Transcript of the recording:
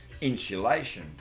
insulation